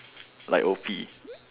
like O_P